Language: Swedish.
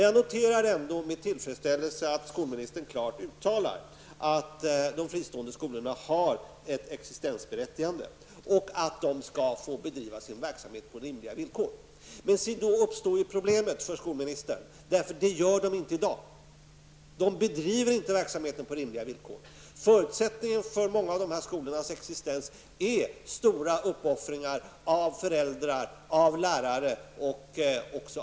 Jag noterar ändå med tillfredsställelse att skolministern klart uttalar att de fristående skolorna har ett existensberättigande och att de skall få bedriva sin verksamhet på rimliga villkor. Då uppstår emellertid ett problem för skolministern, eftersom de i dag inte bedriver verksamheten på rimliga villkor. Förutsättningen för många av dessa skolors existens är stora uppoffringar från föräldrar, lärare och även elever.